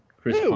Chris